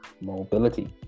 mobility